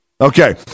Okay